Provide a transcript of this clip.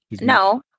No